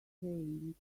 change